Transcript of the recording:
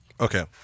Okay